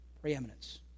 Preeminence